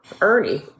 Ernie